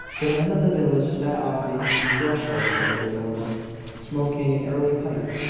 the men of the village sat on the thresholds of their doors smoking an early pipe!